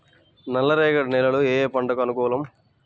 నల్ల రేగడి నేలలు ఏ పంటకు అనుకూలం?